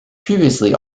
previously